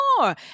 more